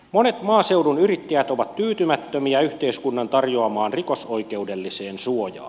monet maaseudun yrittäjät ovat tyytymättömiä yhteiskunnan tarjoamaan rikosoikeudelliseen suojaan